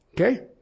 Okay